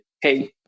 Hey